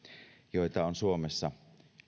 joita on suomessa